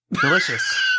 Delicious